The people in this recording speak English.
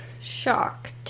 Shocked